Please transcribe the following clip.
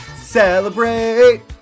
Celebrate